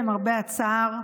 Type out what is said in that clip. למרבה הצער,